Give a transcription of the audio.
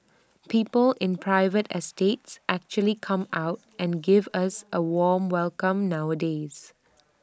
people in private estates actually come out and give us A warm welcome nowadays